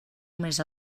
més